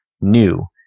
new